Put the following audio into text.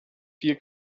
vier